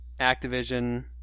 Activision